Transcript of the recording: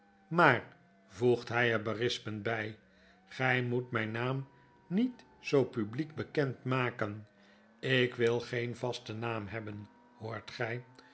maar voegt hij er berispend bij gij moet mijn naam niet zoo publiek bekend maken ik wil geen vasten naam hebben hoort gij